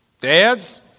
Dads